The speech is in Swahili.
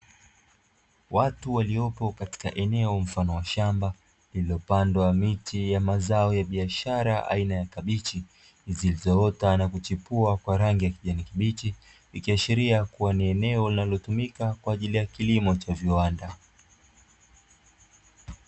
Watu waliopo katika eneo mfano wa shamba lililopandwa miti ya mazao ya biashara aina ya kabichi zilizoota na kuchipua kwa rangi ya kijani kibichi, ikiashiria kuwa ni eneo linalotumika kwa ajili ya kilimo cha viwanda.